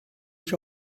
sich